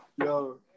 Yo